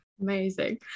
Amazing